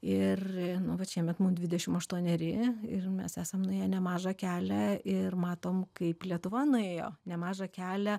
ir nu vat šiemet mum dvidešim aštuoneri ir mes esam nuėję nemažą kelią ir matom kaip lietuva nuėjo nemažą kelią